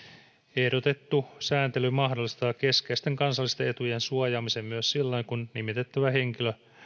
ehdotettu sääntely mahdollistaa keskeisten kansallisten etujen suojaamisen myös silloin kun nimitettävä henkilö